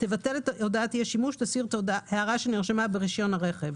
תבטל את הודעת אי השימוש ותסיר את ההערה שנרשמה ברישיון הרכב